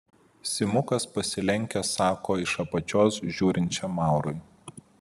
simukas pasilenkęs sako iš apačios žiūrinčiam maurui